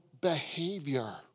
behavior